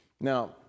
Now